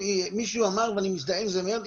מישהו אמר ואני מזדהה עם זה מאוד,